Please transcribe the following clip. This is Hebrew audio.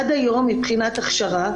עד היום מבחינת הכשרה,